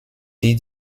die